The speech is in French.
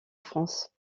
france